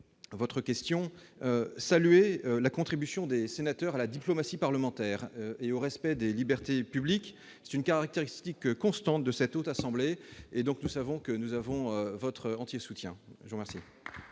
votre question, la contribution des sénateurs à la diplomatie parlementaire et au respect des libertés publiques. C'est une caractéristique constante de la Haute Assemblée, et nous savons donc que nous avons votre soutien entier.